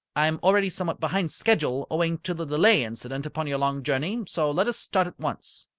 i am already somewhat behind schedule owing to the delay incident upon your long journey, so let us start at once.